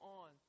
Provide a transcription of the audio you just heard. on